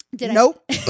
Nope